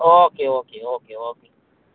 okay okay okay okay